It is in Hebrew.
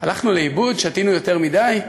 הלכנו לאיבוד, שתינו יותר מדי?